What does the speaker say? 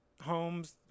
homes